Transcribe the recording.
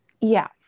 Yes